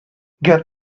your